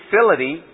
facility